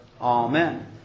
Amen